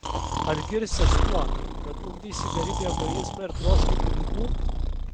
ar girsies tuo kad ugdeisi beribį egoizmą ir troškai pinigų